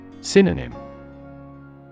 Synonym